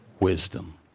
Wisdom